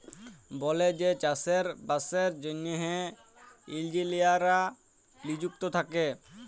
বলেযে চাষে বাসের জ্যনহে ইলজিলিয়াররা লিযুক্ত থ্যাকে